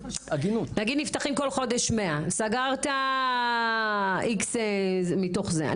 נגיד נפתחים בכל חודש 100 סגרת X מתוך זה,